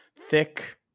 thick